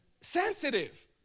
Sensitive